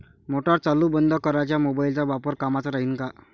Motor चालू बंद कराच मोबाईलचा वापर कामाचा राहीन का?